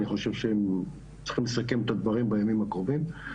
אני חושב שהם צריכים לסכם את הדברים בימים הקרובים,